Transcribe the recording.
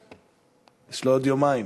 יש לו עוד יומיים.